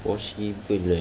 possible eh